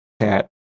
cat